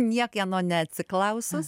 niekieno neatsiklausus